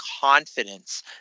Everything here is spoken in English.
confidence